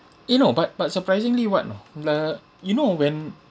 you know but but surprisingly what you know the you know when